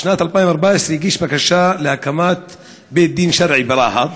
שהגיש בקשה להקמת בית-דין שרעי ברהט